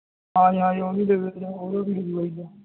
ਹਾਂਜੀ ਹਾਂਜੀ ਓਹਵੀ ਉਹ ਵੀ ਹੋਜੂਗਾ ਹਿੱਲਾ